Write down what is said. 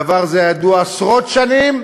דבר זה ידוע עשרות שנים,